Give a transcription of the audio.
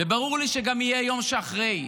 וברור לי שיהיה גם יום שאחרי,